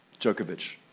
Djokovic